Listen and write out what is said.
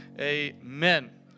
Amen